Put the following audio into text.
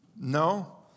No